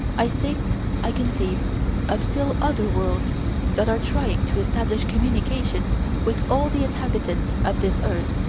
i say i conceive of still other worlds that are trying to establish communication with all the inhabitants of this earth.